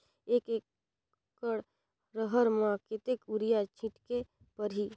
एक एकड रहर म कतेक युरिया छीटेक परही?